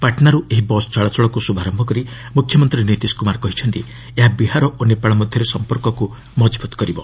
ପାଟ୍ନାରୁ ଏହି ବସ୍ ଚଳାଚଳକୁ ଶୁଭାରମ୍ଭ କରି ମୁଖ୍ୟମନ୍ତ୍ରୀ ନୀତିଶ କୁମାର କହିଛନ୍ତି ଏହା ବିହାର ଓ ନେପାଳ ମଧ୍ୟରେ ସମ୍ପର୍କକୁ ମଜଭୁତ କରିବ